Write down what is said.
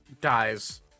dies